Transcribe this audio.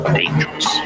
dangerous